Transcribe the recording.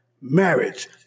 Marriage